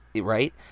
right